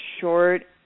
short